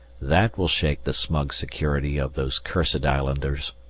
that will shake the smug security of those cursed islanders.